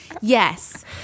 Yes